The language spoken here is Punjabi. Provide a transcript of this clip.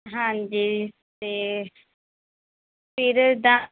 ਹਾਂਜੀ ਅਤੇ ਫਿਰ ਦ